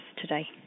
today